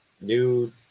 New